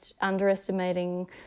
underestimating